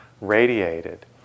radiated